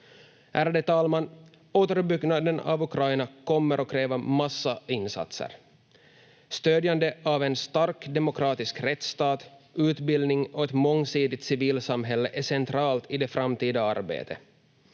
Ärade talman! Återuppbyggnaden av Ukraina kommer att kräva en massa insatser. Stödjandet av en stark demokratisk rättsstat, utbildning och ett mångsidigt civilsamhälle är centralt i det framtida arbetet.